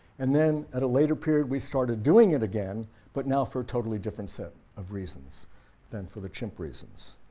and then at a later period we started doing it again but now for a totally different set of reasons than for the chimp reasons.